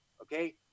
okay